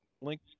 link